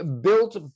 Built